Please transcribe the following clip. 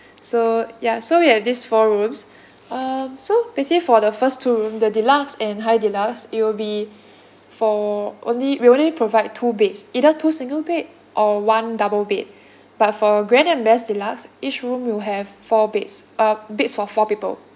so ya so we have this four rooms um so basically for the first two room the deluxe and high deluxe it will be for only we only provide two beds either two single bed or one double bed but for grand and best deluxe each room will have four beds uh beds for four people